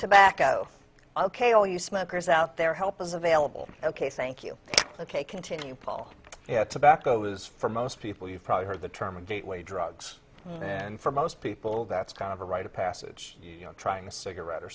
tobacco i'll pay all you smokers out there help is available ok thank you ok continue paul yeah tobacco is for most people you've probably heard the term gateway drugs and for most people that's kind of a rite of passage trying a cigarette or